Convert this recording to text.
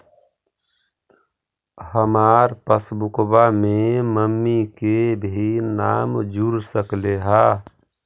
हमार पासबुकवा में मम्मी के भी नाम जुर सकलेहा?